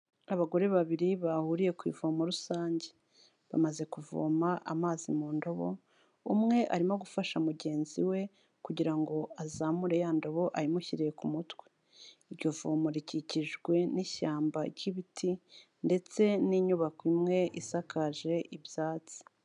Abagore babiri bahuriye ku ivomo rusange, bamaze kuvoma amazi mu ndobo, umwe arimo gufasha mugenzi we kugira ngo azamure ya ndabo ayimushyire ku mutwe, iryo vumo rikikijwe n'ishyamba ry'ibiti ndetse n'inyubako imwe isakaje ibyatsi.